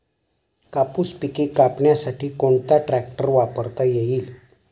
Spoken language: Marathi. कापूस पिके कापण्यासाठी कोणता ट्रॅक्टर वापरता येईल?